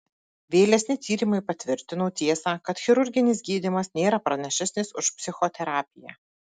vėlesni tyrimai patvirtino tiesą kad chirurginis gydymas nėra pranašesnis už psichoterapiją